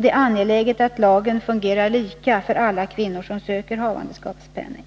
Det är angeläget att lagen fungerar lika för alla kvinnor som söker havandeskapspenning.